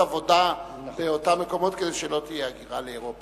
עבודה באותם מקומות כדי שלא תהיה הגירה לאירופה.